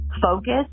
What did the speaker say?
focus